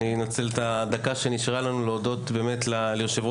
אני אנצל את הדקה שנשארה לנו להודות ליושב-ראש